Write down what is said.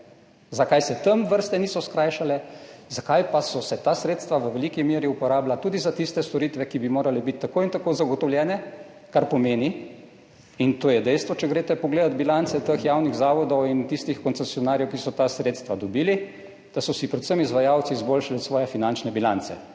Zakaj se tam vrste niso skrajšale, zakaj pa so se ta sredstva v veliki meri uporabila tudi za tiste storitve, ki bi morale biti tako ali tako zagotovljene? Kar pomeni, in to je dejstvo, če greste pogledat bilance teh javnih zavodov in tistih koncesionarjev, ki so ta sredstva dobili, da so si predvsem izvajalci izboljšali svoje finančne bilance.